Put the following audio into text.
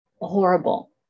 horrible